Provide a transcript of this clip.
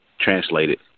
translated